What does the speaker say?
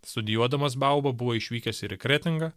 studijuodamas bauba buvo išvykęs ir į kretingą